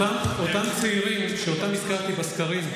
אותם צעירים שהזכרתי בסקרים,